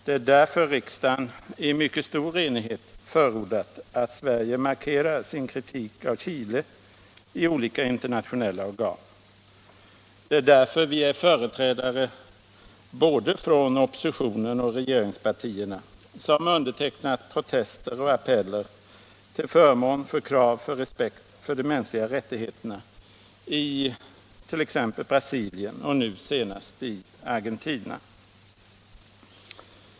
Det är därför som riksdagen i mycket stor enighet har förordat att Sverige markerar sin kritik av Chile i olika internationella organ. Det är därför som företrädare för både oppositionen och regeringspartierna har undertecknat protester och appeller till förmån för krav på respekt för de mänskliga rättigheterna i t.ex. Brasilien och nu senast i Argentina.